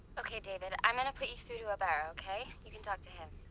okay, david. i'm gonna put you through to abara, okay? you can talk to him.